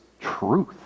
truth